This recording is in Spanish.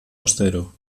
austero